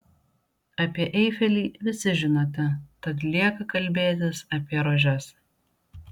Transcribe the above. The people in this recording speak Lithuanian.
apie eifelį visi žinote tad lieka kalbėtis apie rožes